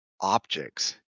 objects